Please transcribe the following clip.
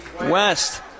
West